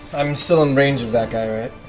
i'm still in range of that guy, right?